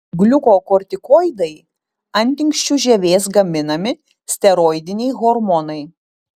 gliukokortikoidai antinksčių žievės gaminami steroidiniai hormonai